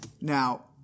Now